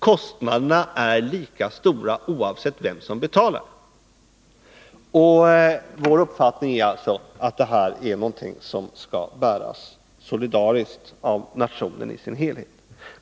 Kostnaderna är lika stora oavsett vem som betalar. Och vår uppfattning är alltså att detta är någonting som skall bäras solidariskt av nationen i dess helhet.